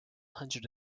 hundred